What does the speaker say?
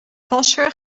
passer